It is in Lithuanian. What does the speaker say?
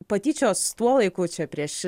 patyčios tuo laiku čia prieš